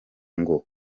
ngo